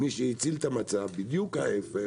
מי שהציל את המצב, בדיוק להפך,